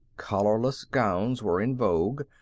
collarless gowns were in vogue.